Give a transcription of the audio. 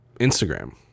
instagram